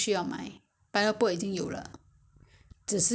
the coconut the packet coconut you need to buy it